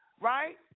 right